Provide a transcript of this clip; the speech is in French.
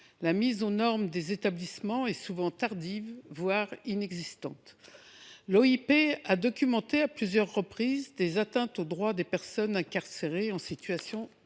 La mise aux normes des établissements est souvent tardive, voire inexistante. L’OIP a documenté à plusieurs reprises des atteintes aux droits des personnes incarcérées en situation de